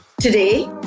Today